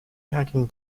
packing